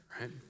right